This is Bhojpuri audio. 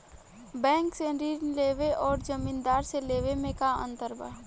बैंक से ऋण लेवे अउर जमींदार से लेवे मे का अंतर बा?